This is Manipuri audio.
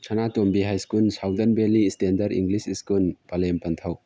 ꯁꯅꯥꯇꯣꯝꯕꯤ high school southern valley standard English school ꯄꯂꯦꯝ ꯄꯟꯊꯧ